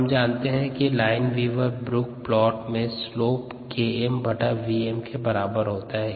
हम जानते हैं कि लाइनविवर ब्रुक प्लोट में स्लोप KmVm के बराबर होता है